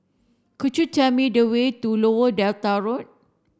could you tell me the way to Lower Delta Road